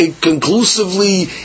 conclusively